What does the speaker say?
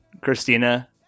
Christina